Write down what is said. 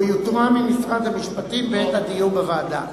והוא יתואם עם משרד המשפטים בדיון בוועדה.